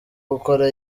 gukora